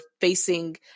facing